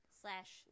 slash